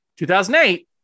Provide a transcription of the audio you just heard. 2008